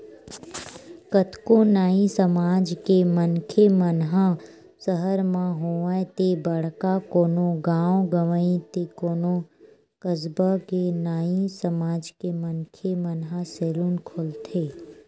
कतको नाई समाज के मनखे मन ह सहर म होवय ते बड़का कोनो गाँव गंवई ते कोनो कस्बा के नाई समाज के मनखे मन ह सैलून खोलथे